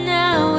now